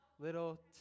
Little